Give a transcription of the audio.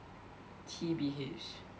T_B_H